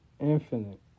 infinite